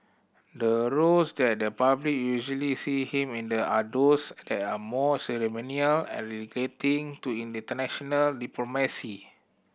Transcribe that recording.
the roles that the public usually see him in the are those that are more ceremonial and relating to international diplomacy